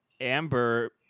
Amber